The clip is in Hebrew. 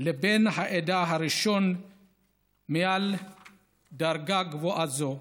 לבן העדה הראשון בעל דרגה גבוהה זו,